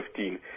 2015